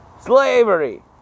Slavery